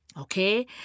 Okay